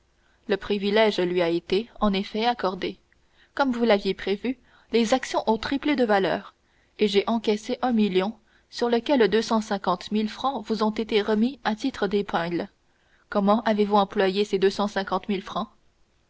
le privilège lui a été en effet accordé comme vous l'aviez prévu les actions ont triplé de valeur et j'ai encaissé un million sur lequel deux cent cinquante mille francs vous ont été remis à titre d'épingles comment avez-vous employé